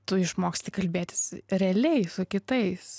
tu išmoksti kalbėtis realiai su kitais